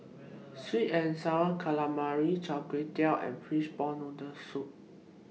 Sweet and Sour Calamari Chai Tow Kway and Fishball Noodle Soup